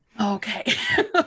okay